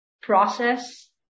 process